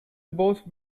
both